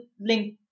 link